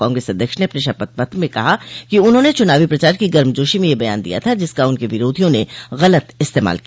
कांग्रेस अध्यक्ष ने अपने शपथपत्र में कहा है कि उन्होंने चूनावी प्रचार की गर्मजोशी में यह बयान दिया था जिसका उनके विरोधियों ने गलत इस्तमाल किया